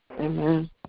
Amen